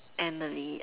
Emily